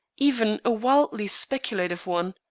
even a wildly speculative one?